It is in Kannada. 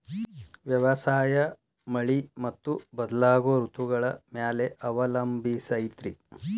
ವ್ಯವಸಾಯ ಮಳಿ ಮತ್ತು ಬದಲಾಗೋ ಋತುಗಳ ಮ್ಯಾಲೆ ಅವಲಂಬಿಸೈತ್ರಿ